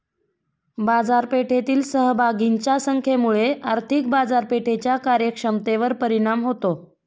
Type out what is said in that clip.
बाजारपेठेतील सहभागींच्या संख्येमुळे आर्थिक बाजारपेठेच्या कार्यक्षमतेवर परिणाम होतो